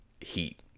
heat